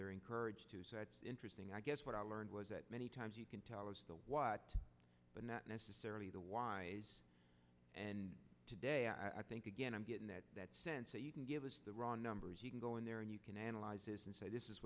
they're encouraged to say that's interesting i guess what i learned was that many times you can tell us what but not necessarily the why's and today i think again i'm getting that that sense that you can give us the raw numbers you can go in there and you can analyze this and say this is